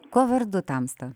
kuo vardu tamsta